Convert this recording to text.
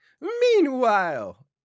Meanwhile